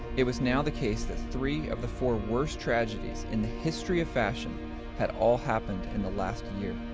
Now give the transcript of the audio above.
it was now the case that three of the four worst tragedies. in the history of fashion had all happened in the last year.